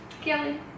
Kelly